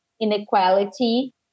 inequality